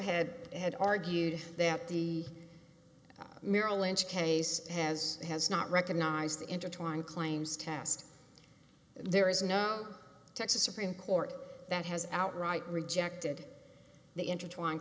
head had argued that the merrill lynch case has has not recognized the intertwined claims test there is no texas supreme court that has outright rejected the intertwined